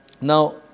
Now